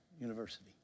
University